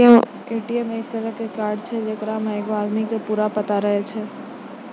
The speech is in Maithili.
ए.टी.एम एक तरहो के कार्ड छै जेकरा मे एगो आदमी के पूरा पता रहै छै